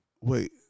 wait